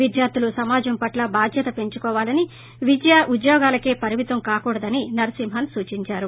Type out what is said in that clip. విద్యార్థులు సమాజం పట్ల బాధ్యత పెంచుకోవాలని విద్య ఉద్యోగాలకే పరిమితం కాకూడదని నరసింహన్ సూచించారు